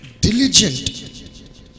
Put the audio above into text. Diligent